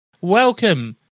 Welcome